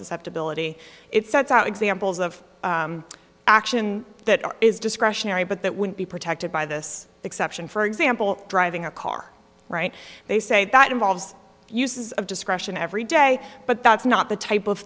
susceptibility it sets out examples of action that is discretionary but that would be protected by this exception for example driving a car right they say that involves uses of discretion every day but that's not the type of